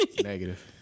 Negative